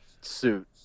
suit